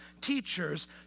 teachers